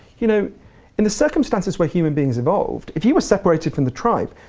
you know in the circumstances where human beings evolved, if you were separated from the tribe,